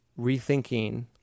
rethinking